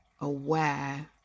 aware